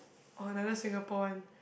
orh another Singapore one